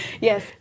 Yes